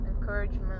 encouragement